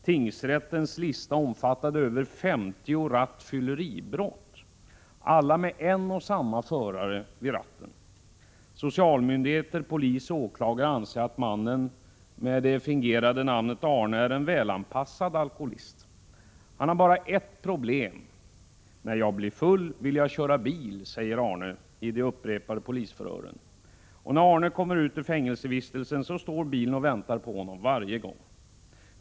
Tingsrättens lista omfattade över 50 rattfylleribrott, alla med en och samma förare vid ratten. Socialmyndigheter, polis och åklagare anser att mannen, med det fingerade namnet Arne, är en välanpassad alkoholist. Han har bara ett problem. När jag blir full vill jag köra bil, säger Arne i de upprepade polisförhören. Varje gång när Arne kommer ut efter fängelsevistelsen står bilen och väntar på honom.